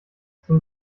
zum